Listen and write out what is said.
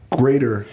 greater